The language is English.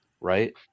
right